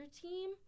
team